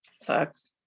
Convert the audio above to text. Sucks